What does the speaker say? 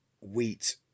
wheat